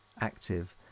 active